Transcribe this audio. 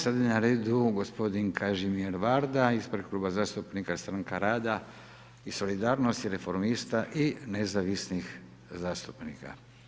Sada je na redu gospodin Kažimir Varda ispred Kluba zastupnika Stranka rada, solidarnosti i reformista i nezavisnih zastupnika.